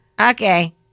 Okay